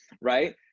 right